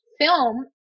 film